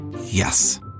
Yes